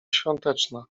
świąteczna